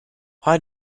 why